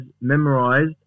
memorized